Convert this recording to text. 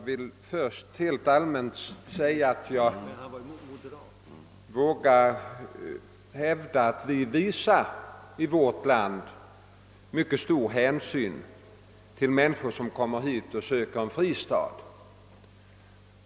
Herr talman! Jag vågar hävda att vi här i landet visar mycket stor hänsyn till människor som kommer hit för att söka en fristad.